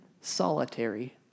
solitary